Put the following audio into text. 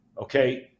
okay